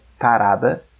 tarada